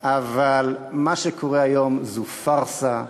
אבל מה שקורה היום זו פארסה,